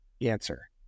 answer